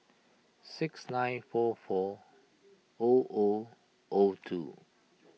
six nine four four O O O two